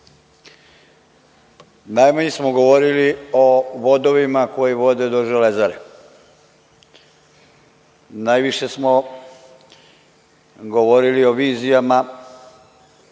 najmanje smo govorili o vodovima koji vode do „Železare“. Najviše smo govorili o vizijama.